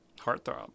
Heartthrob